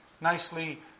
nicely